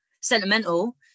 sentimental